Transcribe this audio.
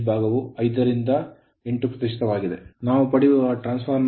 ಆದ್ದರಿಂದ ನಾವು ಪಡೆಯುವ ಟ್ರಾನ್ಸ್ ಫಾರ್ಮರ್ ನ ಅಡೆತಡೆಯಾದ Z VscIsc ಅಂದರೆ